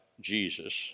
Jesus